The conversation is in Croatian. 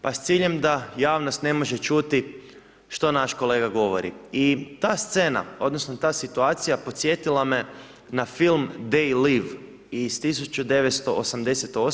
Pa s ciljem da javnost ne može čuti što naš kolega govori i ta scena, odnosno ta situacija podsjetila me na film They live iz 1988.